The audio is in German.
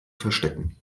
verstecken